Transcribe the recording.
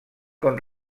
con